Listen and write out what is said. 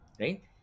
right